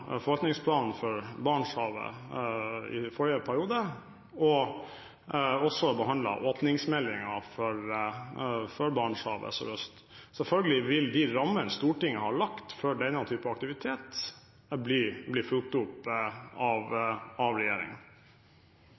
forvaltningsplanen for Barentshavet og åpningsmeldingen for Barentshavet sørøst. Selvfølgelig vil de rammene Stortinget har lagt for denne typen aktivitet, bli fulgt opp av